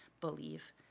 believe